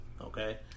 okay